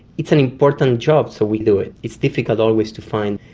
it's an important job, so we do it. it's difficult always to find,